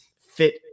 fit